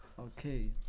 Okay